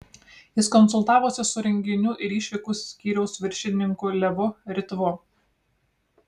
jis konsultavosi su renginių ir išvykų skyriaus viršininku levu ritvu